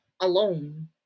alone